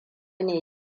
ne